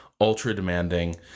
ultra-demanding